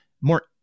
more